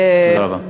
תודה רבה.